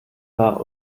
war